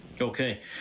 Okay